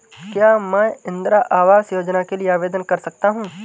क्या मैं इंदिरा आवास योजना के लिए आवेदन कर सकता हूँ?